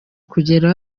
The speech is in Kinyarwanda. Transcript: kugera